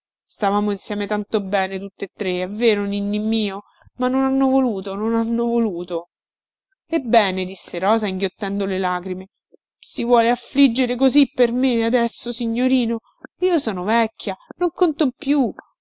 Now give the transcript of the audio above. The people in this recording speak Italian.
stavamo insieme tanto bene tutte tre è vero ninnì mio ma non hanno voluto non hanno voluto ebbene disse rosa inghiottendo le lagrime si vuole affliggere così per me adesso signorino io sono vecchia non conto più